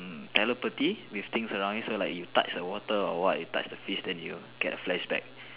mm telepathy with things around you so like you touch the water or what you touch the fish then you get a flashback